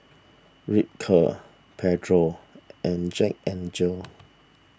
Ripcurl Pedro and Jack N Jill